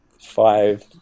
five